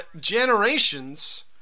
generations